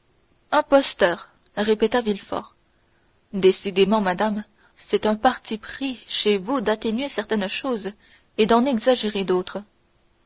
imposteur imposteur répéta villefort décidément madame c'est un parti pris chez vous d'atténuer certaines choses et d'en exagérer d'autres